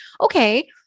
okay